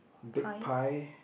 big pie